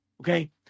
Okay